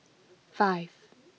five